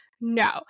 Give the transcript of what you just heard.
no